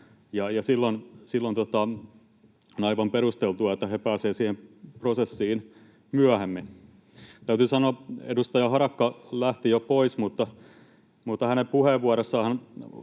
silloin on aivan perusteltua, että he pääsevät siihen prosessiin myöhemmin. Täytyy sanoa, että — edustaja Harakka lähti jo pois — hänen puheenvuoroissaan